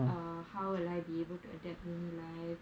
uh how will I be able to adapt university life